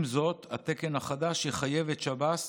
עם זאת, התקן החדש יחייב את שב"ס